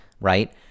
right